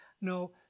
no